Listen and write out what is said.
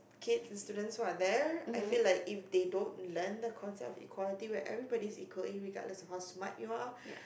kids students who are there I feel like if they don't learn the conduct inequality where everybody is equal irregardless of how smart you are